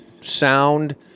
sound